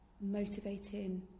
motivating